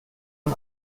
und